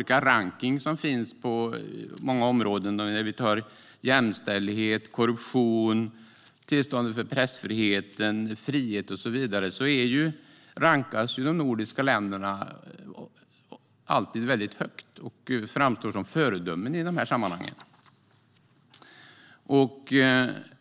I rankningar som gäller jämställdhet, korruption, tillståndet för pressfriheten, frihet och så vidare ligger de nordiska länderna alltid väldigt högt och framstår som föredömen i de här sammanhangen.